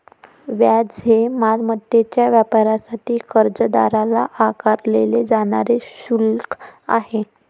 व्याज हे मालमत्तेच्या वापरासाठी कर्जदाराला आकारले जाणारे शुल्क आहे